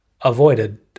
avoided